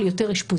על יותר אשפוזים,